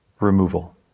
Removal